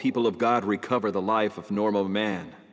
people of god recover the life of normal man